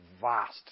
Vast